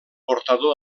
portador